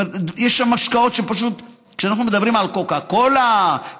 יש שם משקאות כשאנחנו מדברים על קוקה קולה,